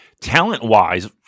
talent-wise